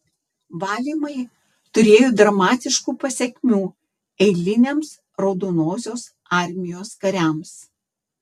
valymai turėjo dramatiškų pasekmių eiliniams raudonosios armijos kariams